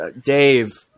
Dave